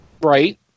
Right